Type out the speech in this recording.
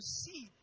see